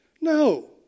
No